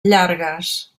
llargues